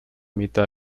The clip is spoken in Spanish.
mitad